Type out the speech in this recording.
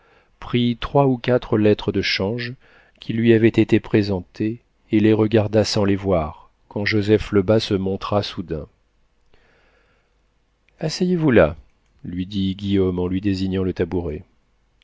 prit trois ou quatre lettres de change qui lui avaient été présentées et les regarda sans les voir quand joseph lebas se montra soudain asseyez-vous là lui dit guillaume en lui désignant le tabouret